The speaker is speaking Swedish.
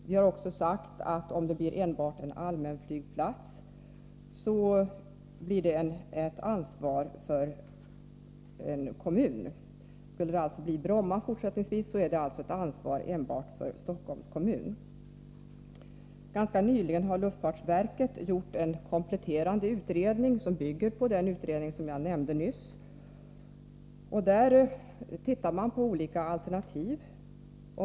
Vi har också sagt att enbart en allmänflygplats innebär ett kommunalt huvudmannaskap. Skulle det fortsättningsvis bli enbart allmänflyg på Bromma, är flygplatsen alltså Stockholms kommuns ansvar. Ganska nyligen har luftfartsverket gjort en kompletterande rapport, som bygger på den utredning jag nämnde nyss. Där tittar man på olika andra alternativ.